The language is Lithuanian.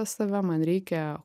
save man reikia